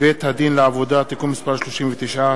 בית-הדין לעבודה (תיקון מס' 39),